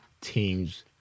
teams